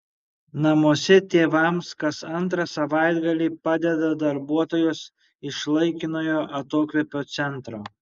namuose tėvams kas antrą savaitgalį padeda darbuotojos iš laikinojo atokvėpio centro